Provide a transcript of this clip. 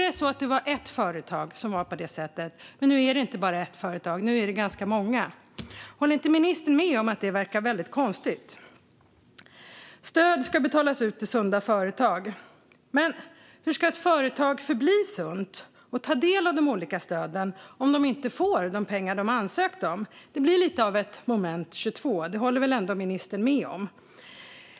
Nu är det inte bara ett företag som har det på detta sätt, utan det är ganska många. Håller inte ministern med om att det verkar väldigt konstigt? Stöd ska betalas ut till sunda företag. Men hur ska ett företag förbli sunt och ta del av de olika stöden om man inte får de pengar man har ansökt om? Det blir lite av ett moment 22; det håller väl ändå ministern med om?